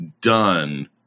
done